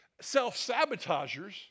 self-sabotagers